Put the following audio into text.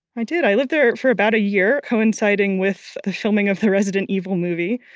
i did. i lived there for about a year, coinciding with the filming of the resident evil movie.